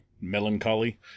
melancholy